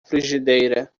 frigideira